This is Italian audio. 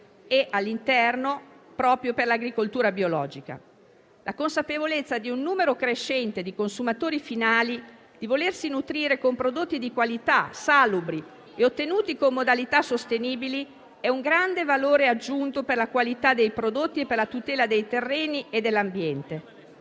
e, al suo interno, proprio per l'agricoltura biologica. La consapevolezza di un numero crescente di consumatori finali di volersi nutrire con prodotti di qualità, salubri e ottenuti con modalità sostenibili, è un grande valore aggiunto per la qualità dei prodotti e per la tutela dei terreni e dell'ambiente.